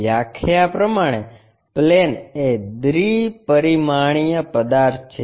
વ્યાખ્યા પ્રમાણે પ્લેન એ દ્વી પરિમાણીય પદાર્થ છે